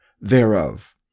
thereof